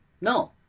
no